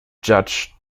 judge